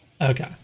okay